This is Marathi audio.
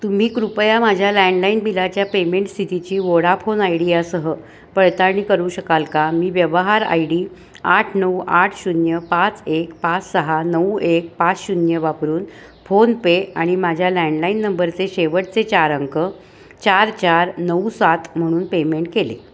तुम्ही कृपया माझ्या लँडलाईन बिलाच्या पेमेंट स्थितीची वोडाफोन आयडी यासह पडताळणी करू शकाल का मी व्यवहार आय डी आठ नऊ आठ शून्य पाच एक पाच सहा नऊ एक पाच शून्य वापरून फोनपे आणि माझ्या लँडलाईन नंबरचे शेवटचे चार अंक चार चार नऊ सात म्हणून पेमेंट केले